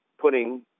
putting